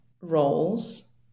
roles